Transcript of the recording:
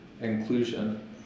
inclusion